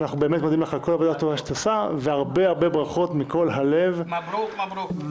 עו"ד ארבל אסטרחן,